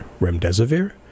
remdesivir